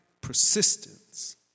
persistence